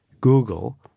Google